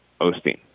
Osteen